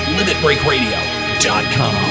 Limitbreakradio.com